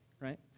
right